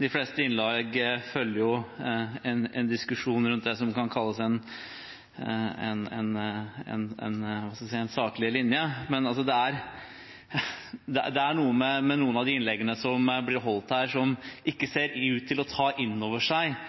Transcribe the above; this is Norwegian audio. De fleste innleggene følger en diskusjon rundt det som kan kalles en saklig linje, men det er noe med noen av innleggene som blir holdt her, der man ikke ser ut til å ta inn over seg